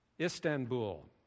Istanbul